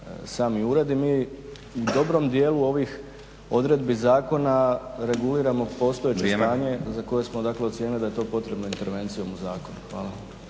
sami uredi. Mi u dobrom dijelu ovih odredbi zakona reguliramo postojeće stanje za koje smo ocijenili da je to potrebno intervencijom u zakonu. Hvala.